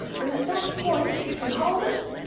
and at that point you can hold it,